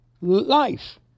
life